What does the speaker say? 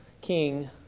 king